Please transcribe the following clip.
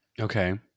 Okay